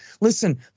listen